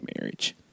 marriage